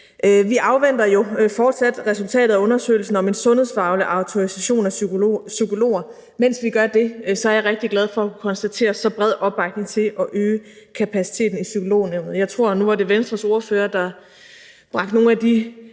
Vi afventer jo fortsat resultatet af undersøgelsen om en sundhedsfaglig autorisation af psykologer, og mens vi gør det, er jeg rigtig glad for at kunne konstatere en så bred opbakning til at øge kapaciteten i Psykolognævnet. Venstres ordfører bragte nogle af de